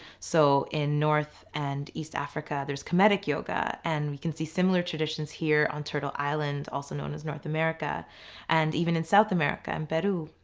so in north and east africa theres kemetic yoga and we can see similar traditions here on turtle island also known as north america and even in south america in um but peru,